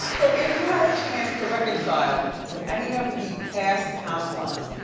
so if you had a chance to reconcile with any of the past housewives,